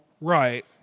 Right